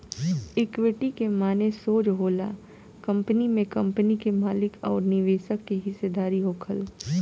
equity के माने सोज होला कंपनी में कंपनी के मालिक अउर निवेशक के हिस्सेदारी होखल